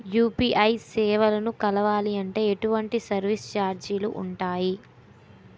UPI సేవలను కావాలి అంటే ఎటువంటి సర్విస్ ఛార్జీలు ఉంటాయి?